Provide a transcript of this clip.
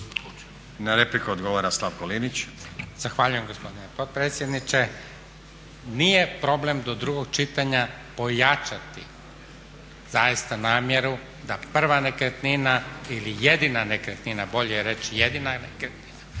**Linić, Slavko (Nezavisni)** Zahvaljujem gospodine potpredsjedniče. Nije problem do drugog čitanja pojačati zaista namjeru da prva nekretnina ili jedina nekretnina, bolje reći jedina nekretnina